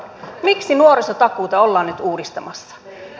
miksi nuorisotakuuta ollaan nyt uudistamassa